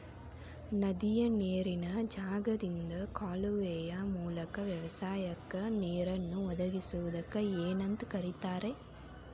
ನದಿಯ ನೇರಿನ ಜಾಗದಿಂದ ಕಾಲುವೆಯ ಮೂಲಕ ವ್ಯವಸಾಯಕ್ಕ ನೇರನ್ನು ಒದಗಿಸುವುದಕ್ಕ ಏನಂತ ಕರಿತಾರೇ?